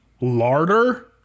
larder